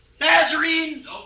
Nazarene